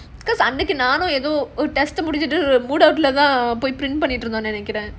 because அன்னைக்கு நானும் ஏதோ:annaikku naanum edho testimony போய்:poi print பண்ணிட்ருந்தோம்னு நெனைக்கிறேன்:pannitrunthomnu nenaikkiraen